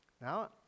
Now